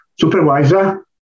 Supervisor